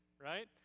right